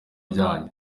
byanyu